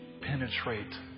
penetrate